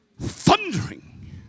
thundering